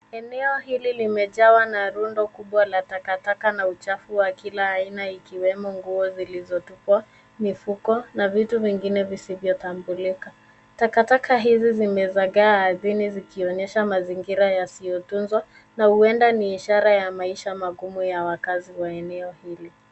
Eneo hili limejawa na rundo kubwa la takataka na uchafu wa kila aina ikiwemo nguo zilizotupwa, mifuko na vitu vingine visivyo tambulika. Takataka hizi zimezagaa ardhini zikionyesha mazingira yasiyotuzwa na huenda ni ishara ya maisha magumu ya wakazi wa eneo hili.